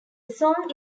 song